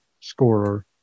scorer